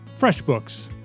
FreshBooks